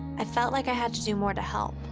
i felt like i had to do more to help.